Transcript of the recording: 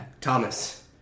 Thomas